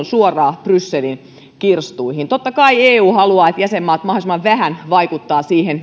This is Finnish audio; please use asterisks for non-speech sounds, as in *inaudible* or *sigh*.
*unintelligible* suoraan brysselin kirstuihin totta kai eu haluaa että jäsenmaat mahdollisimman vähän vaikuttavat siihen